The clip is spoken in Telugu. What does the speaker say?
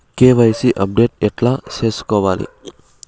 కె.వై.సి అప్డేట్ ఎట్లా సేసుకోవాలి?